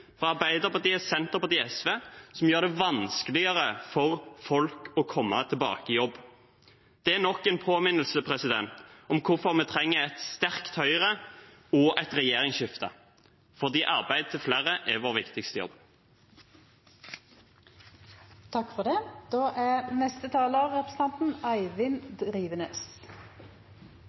fra Arbeiderpartiet, Senterpartiet og SV som gjør det vanskeligere for folk å komme tilbake i jobb. Det er nok en påminnelse om hvorfor vi trenger et sterkt Høyre og et regjeringsskifte, fordi arbeid til flere er vår viktigste jobb. I det daglige livet som hver dag leves langt fra denne salen, er